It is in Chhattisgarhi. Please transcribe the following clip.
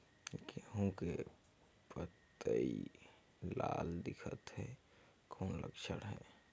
गहूं के पतई लाल दिखत हे कौन लक्षण हे?